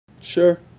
Sure